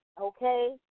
okay